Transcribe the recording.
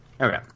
Okay